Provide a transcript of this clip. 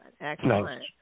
excellent